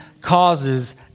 causes